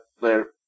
Later